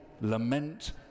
lament